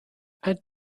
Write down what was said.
add